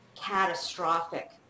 catastrophic